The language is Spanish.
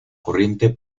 corriente